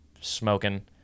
smoking